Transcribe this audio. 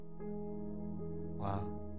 Wow